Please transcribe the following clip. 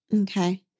Okay